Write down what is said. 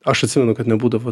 aš atsimenu kad nebūdavo